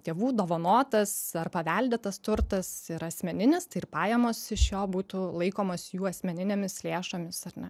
tėvų dovanotas ar paveldėtas turtas yra asmeninis tai ir pajamos iš jo būtų laikomos jų asmeninėmis lėšomis ar ne